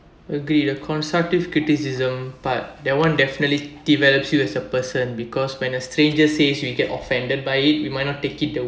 agree the constructive criticism part that [one] definitely develops you as a person because when a stranger says we get offended by it we might not take it